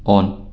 on